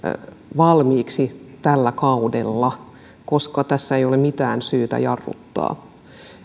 valmiiksi tällä kaudella koska tässä ei ole mitään syytä jarruttaa